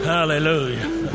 Hallelujah